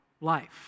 life